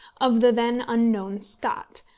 of the then unknown scott,